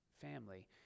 family